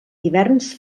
hiverns